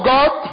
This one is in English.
God